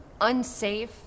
unsafe